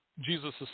Jesus